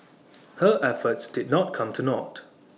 her efforts did not come to naught